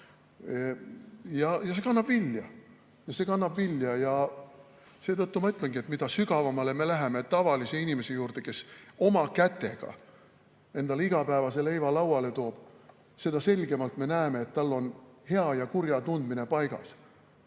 Ja see kannab vilja. See kannab vilja! Seetõttu ma ütlengi, et mida sügavamale me läheme tavalise inimese juurde, kes oma kätega endale igapäevase leiva lauale toob, seda selgemalt me näeme, et tal on hea ja kurja tundmine paigas.